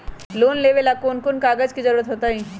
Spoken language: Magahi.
लोन लेवेला कौन कौन कागज के जरूरत होतई?